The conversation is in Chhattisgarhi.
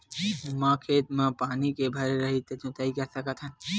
का खेत म पानी भरे रही त जोताई कर सकत हन?